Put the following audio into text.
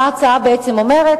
מה ההצעה אומרת?